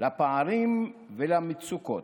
לפערים ולמצוקות,